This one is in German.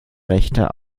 rechte